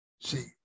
See